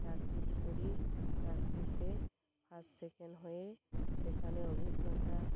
practice করি প্র্যাকটিসে first second হয়ে সেখানে অভিজ্ঞতা